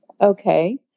Okay